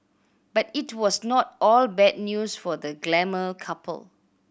but it was not all bad news for the glamour couple